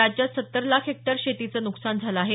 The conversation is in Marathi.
राज्यात सत्तर लाख हेक्टर शेतीचं नुकसान झालं आहे